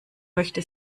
möchte